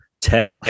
Tech